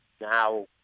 now